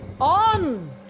On